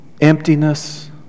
emptiness